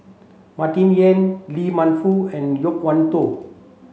Martin Yan Lee Man Fong and Loke Wan Tho